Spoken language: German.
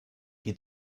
die